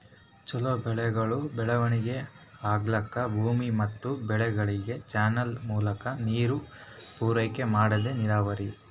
ಛಲೋ ಬೆಳೆಗಳ್ ಬೆಳವಣಿಗಿ ಆಗ್ಲಕ್ಕ ಭೂಮಿ ಮತ್ ಬೆಳೆಗಳಿಗ್ ಚಾನಲ್ ಮೂಲಕಾ ನೀರ್ ಪೂರೈಕೆ ಮಾಡದೇ ನೀರಾವರಿ